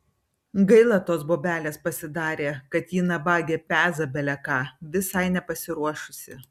gaila tos bobelės pasidarė kad ji nabagė peza bele ką visai nepasiruošusi